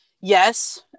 Yes